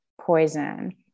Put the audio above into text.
poison